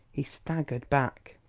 he staggered back.